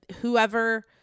whoever